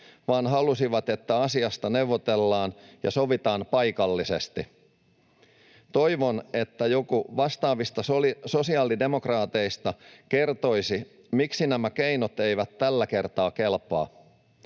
vaan halusivat, että asiasta neuvotellaan ja sovitaan paikallisesti. Toivon, että joku vastaavista sosiaalidemokraateista kertoisi, miksi nämä keinot eivät tällä kertaa kelpaa.